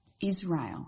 Israel